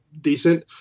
decent